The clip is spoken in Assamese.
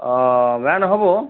অ বেয়া নহ'ব